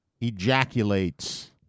ejaculates